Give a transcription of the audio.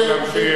עם כל הפרטים.